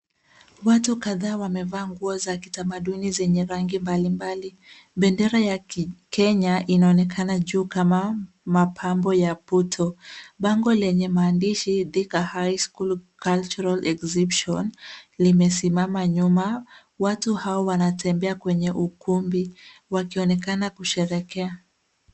Watu kadhaa wamevaa nguo za kitamaduni zenye rangi mbalimbali. Bendera ya Kikenya inaonekana juu kama mapambo ya puto. Bango lenye maandishi Thika Highschool Cultural Exhibition, limesimama nyuma. Watu hao wanatembea kwenye ukumbi wakionekana kusherehekea.